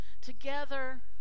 together